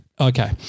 Okay